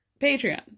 Patreon